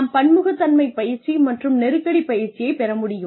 நாம் பன்முகத்தன்மை பயிற்சி மற்றும் நெருக்கடி பயிற்சியை பெற முடியும்